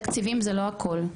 תקציבים זה לא הכל.